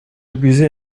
abuser